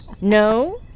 No